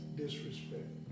disrespect